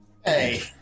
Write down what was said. hey